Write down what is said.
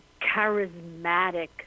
charismatic